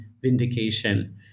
vindication